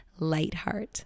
Lightheart